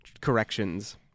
corrections